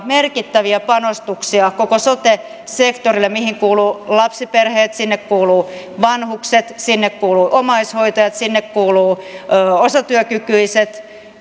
merkittäviä panostuksia koko sote sektorille ja sinne kuuluvat lapsiperheet sinne kuuluvat vanhukset sinne kuuluvat omaishoitajat sinne kuuluvat osatyökykyiset